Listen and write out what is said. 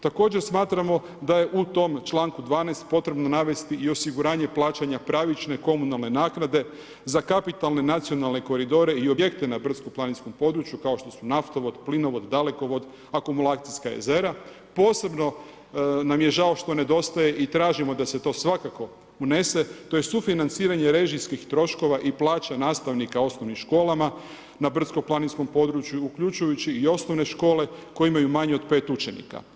Također smatramo da je u tom članku 12. potrebno navesti i osiguranje plaćanja pravične komunalne naknade za kapitalne nacionalne koridore i objekte na brdsko-planinskom području kao što su naftovod, plinovod, dalekovod, akumulacijska jezera, posebno nam je žao što nedostaje i tražimo da se to svakako unese, to je sufinanciranje režijskih troškova i plaće nastavnika u osnovnim školama na brdsko-planinskom području uključujući i osnovne škole koje imaju manje od 5 učenika.